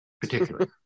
particularly